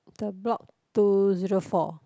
the block two zero four